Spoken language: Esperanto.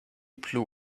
plu